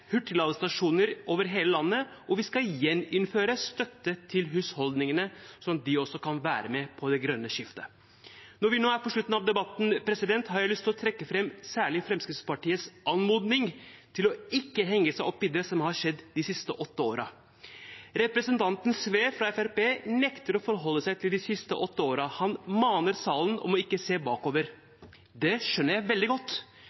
hurtigladestasjoner over hele landet, og vi skal gjeninnføre støtte til husholdningene, slik at de også kan være med på det grønne skiftet. Når vi nå er på slutten av debatten, har jeg særlig lyst til å trekke fram Fremskrittspartiets anmodning om ikke å henge seg opp i det som har skjedd de siste åtte årene. Representanten Frank Edvard Sve fra Fremskrittspartiet nekter å forholde seg til de siste åtte årene. Han maner salen til ikke å se bakover. Det skjønner jeg veldig godt,